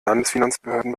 landesfinanzbehörden